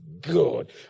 good